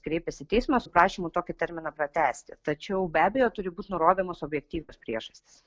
kreipias į teismą su prašymu tokį terminą pratęsti tačiau be abejo turi būt nurodomos objektyvios priežastys